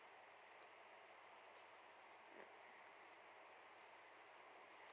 mm